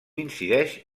incideix